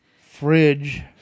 fridge